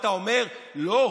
ואתה אומר: לא,